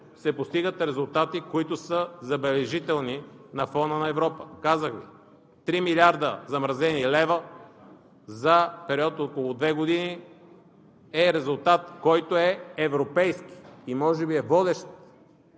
се постигат резултати, които са забележителни на фона на Европа! Казах Ви – 3 милиарда замразени лева за период около две години е резултат, който е европейски, и може би е водещ,